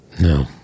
No